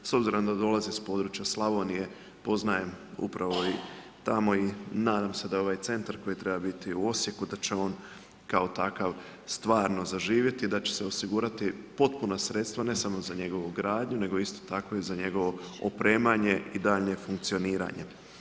S obzirom da dolaze s područja Slavonije, poznajem upravo i tamo i nadam se da je ovaj centar koji treba biti u Osijeku da će on kao takav stvarno zaživjeti, da će osigurati potpuna sredstva ne samo za njegovu gradnju nego isto tako i za njegovo opremanje i daljnje funkcioniranje.